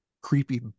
creepy